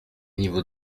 niveau